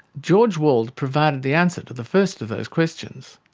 george wald provided the answer to the first of those questions.